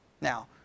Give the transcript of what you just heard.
Now